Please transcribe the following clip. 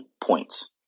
points